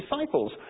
disciples